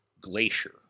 Glacier